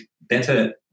better